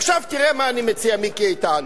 עכשיו תראה מה אני מציע, מיקי איתן.